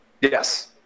Yes